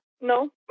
No